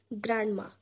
grandma